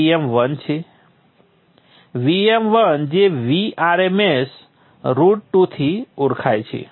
Vm1 જે Vrms √2 થી ઓળખાય છે